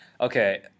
Okay